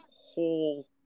whole